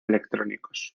electrónicos